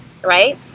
right